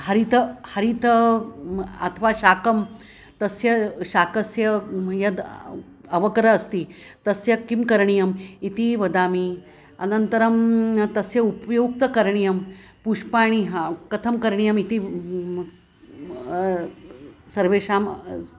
हरितः हरितः अथवा शाकं तस्य शाकस्य यत् अवकरः अस्ति तस्य किं करणीयम् इति वदामि अनन्तरं तस्य उपयुक्तुं करणीयं पुष्पाणि कथं करणीयमिति सर्वेषां